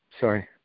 sorry